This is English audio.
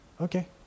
okay